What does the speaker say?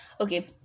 Okay